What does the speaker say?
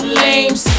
lames